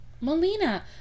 Melina